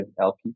LP